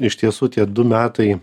iš tiesų tie du metai